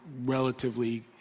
relatively